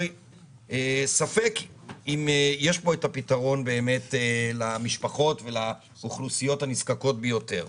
ספק אם יש פה את הפתרון למשפחות ולאוכלוסיות הנזקקות ביותר.